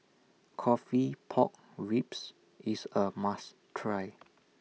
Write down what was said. Coffee Pork Ribs IS A must Try